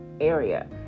area